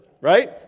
right